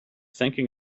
thinking